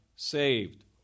saved